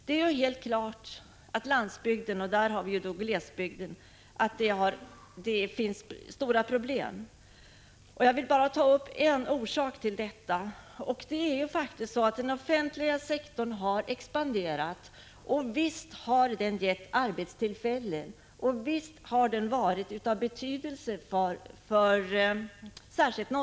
Det framstår som alldeles klart att just landsbygden — och där har vi ju glesbygden — har stora problem. Jag vill bara nämna en orsak till detta: den offentliga sektorn har expanderat. Visst har detta gett arbetstillfällen, och visst har detta varit av särskild betydelse för Norrlandslänen.